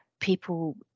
people